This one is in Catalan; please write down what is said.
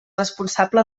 responsable